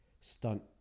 stunt